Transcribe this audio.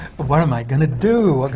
but what am i gonna do?